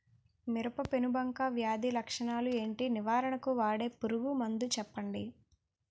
మిరప పెనుబంక వ్యాధి లక్షణాలు ఏంటి? నివారణకు వాడే పురుగు మందు చెప్పండీ?